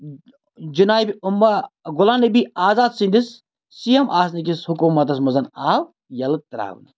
جِنابِ اُما غلام نبی آزاد سٕنٛدِس سی اٮ۪م آسنہٕ کِس حکوٗمتَس منٛز آو یَلہٕ ترٛاونہٕ